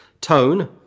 tone